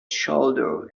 shoulder